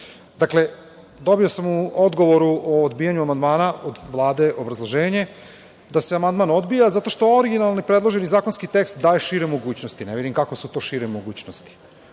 dobio sam u odgovoru o odbijanju amandmana od Vlade obrazloženje da se amandman odbija zato što originalni predloženi zakonski tekst daje šire mogućnosti. Ne vidim kakve su to šire mogućnosti,